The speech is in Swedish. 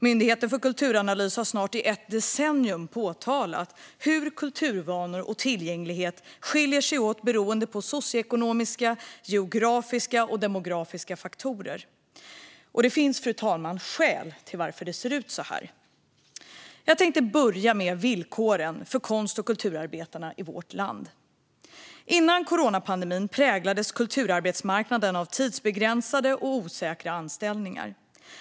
Myndigheten för kulturanalys har i snart ett decennium pekat på hur kulturvanor och tillgänglighet skiljer sig åt beroende på socioekonomiska, geografiska och demografiska faktorer. Det finns, fru talman, skäl till att det ser ut så här. Jag tänkte börja med villkoren för konst och kulturarbetarna i vårt land. Innan coronapandemin präglades kulturarbetsmarknaden av tidsbegränsade och osäkra anställningar.